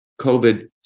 COVID